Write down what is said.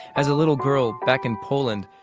as a little girl, back in poland,